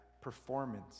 performance